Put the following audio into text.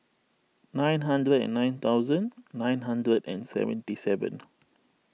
nine hundred and nine thousand nine hundred and seventy seven